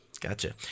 Gotcha